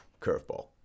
curveball